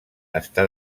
està